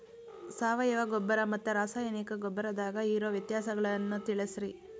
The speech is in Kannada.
ಸಾವಯವ ಗೊಬ್ಬರ ಮತ್ತ ರಾಸಾಯನಿಕ ಗೊಬ್ಬರದಾಗ ಇರೋ ವ್ಯತ್ಯಾಸಗಳನ್ನ ತಿಳಸ್ರಿ